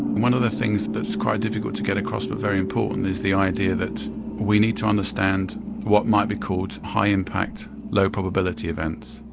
one of the things that is quite difficult to get across but is very important is the idea that we need to understand what might be called high impact low probability events.